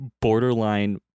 borderline